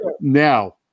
Now